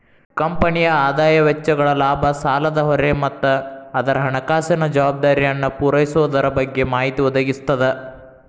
ಕಂಪನಿಯ ಆದಾಯ ವೆಚ್ಚಗಳ ಲಾಭ ಸಾಲದ ಹೊರೆ ಮತ್ತ ಅದರ ಹಣಕಾಸಿನ ಜವಾಬ್ದಾರಿಯನ್ನ ಪೂರೈಸೊದರ ಬಗ್ಗೆ ಮಾಹಿತಿ ಒದಗಿಸ್ತದ